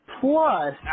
Plus